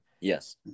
Yes